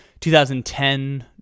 2010